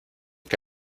que